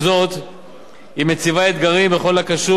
להתוויית המדיניות החברתית-כלכלית בישראל.